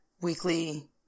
weekly